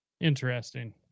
interesting